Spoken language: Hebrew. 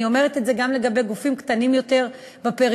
אני אומרת את זה גם לגבי גופים קטנים יותר בפריפריה: